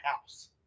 house